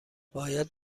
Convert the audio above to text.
باید